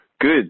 good